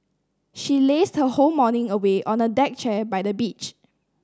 she lazed her whole morning away on a deck chair by the beach